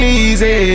easy